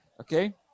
okay